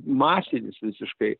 masinis visiškai